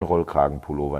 rollkragenpullover